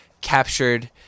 captured